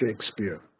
Shakespeare